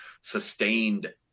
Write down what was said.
sustained